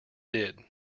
did